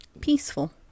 peaceful